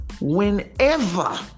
whenever